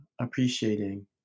appreciating